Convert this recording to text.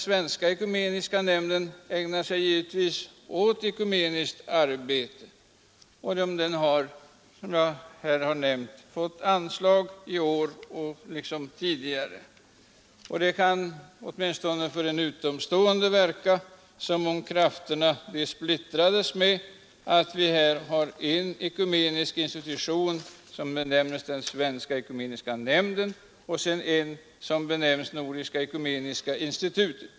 Svenska ekumeniska nämnden ägnar sig givetvis åt ekumeniskt arbete. Den har, som jag nämnt, fått anslag i år liksom tidigare. Det kan, åtminstone för en utomstående, verka som om krafterna splittrades genom att vi här har en ekumenisk institution, som benämns den svenska ekumeniska nämnden, och en som benämns Nordiska ekumeniska institutet.